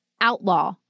outlaw